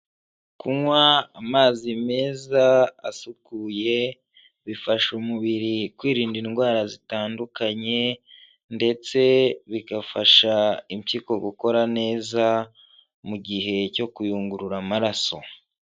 Kunywa amazi meza asukuye bifasha umubiri kwirinda indwara zitandukanye ndetse bigafasha impyiko gukora neza, mu gihe cyo kuyungurura amaraso.